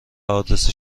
آدرس